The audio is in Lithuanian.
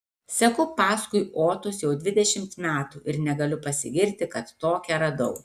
seku paskui otus jau dvidešimt metų ir negaliu pasigirti kad tokią radau